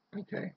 Okay